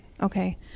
Okay